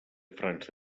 frança